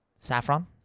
Saffron